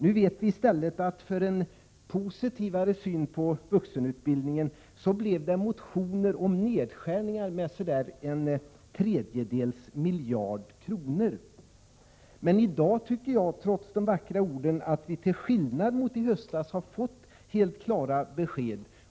Nu vet vi att det i stället för en positivare syn på vuxenutbildningen blev motioner om nedskärningar om ca en tredjedels miljard kronor. Men i dag har vi till skillnad mot i höstas — trots de vackra orden — fått helt klara besked.